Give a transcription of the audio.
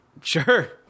Sure